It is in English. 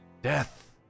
Death